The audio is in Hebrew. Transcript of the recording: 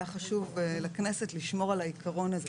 היה חשוב לכנסת לשמור על העיקרון הזה,